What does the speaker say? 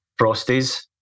Frosties